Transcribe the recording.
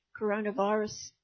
coronavirus